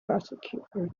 prosecutor